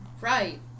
Right